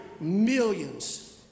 millions